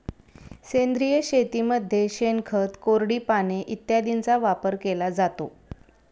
सेंद्रिय शेतीमध्ये शेणखत, कोरडी पाने इत्यादींचा वापर केला जातो